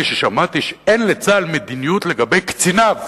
זאת אחרי ששמעתי שאין לצה"ל מדיניות לגבי קציניו